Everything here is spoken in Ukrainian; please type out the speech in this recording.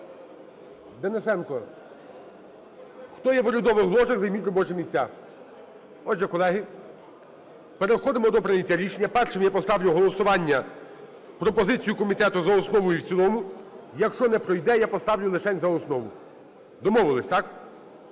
Денисенко! Хто є в урядових ложах, займіть робочі місця. Отже, колеги, переходимо до прийняття рішення. Першим я поставлю голосування пропозицію комітету - за основу і в цілому. Якщо не пройде, я поставлю лишень за основу. Домовились, так?